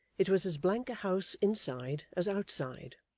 it was as blank a house inside as outside.